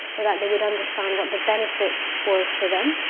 so that they would understand what the benefit was for them.